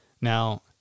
Now